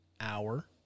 hour